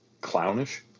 clownish